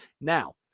Now